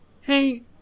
hey